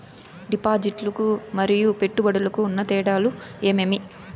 డిపాజిట్లు లు మరియు పెట్టుబడులకు ఉన్న తేడాలు ఏమేమీ?